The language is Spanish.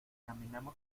caminamos